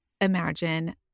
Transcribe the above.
imagine